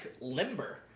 limber